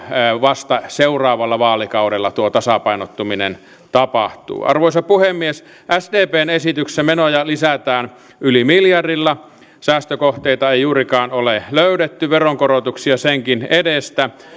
vasta seuraavalla vaalikaudella tuo tasapainottuminen tapahtuu arvoisa puhemies sdpn esityksessä menoja lisätään yli miljardilla säästökohteita ei juurikaan ole löydetty veronkorotuksia senkin edestä